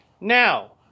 Now